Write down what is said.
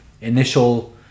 initial